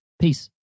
Peace